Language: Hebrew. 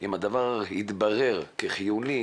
אם הדבר התברר כחיוני